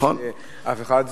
ואין אף אחד.